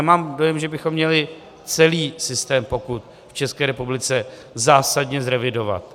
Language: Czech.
Mám dojem, že bychom měli celý systém pokut v České republice zásadně zrevidovat.